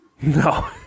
No